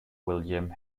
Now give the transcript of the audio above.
william